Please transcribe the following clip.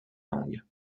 langues